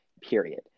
period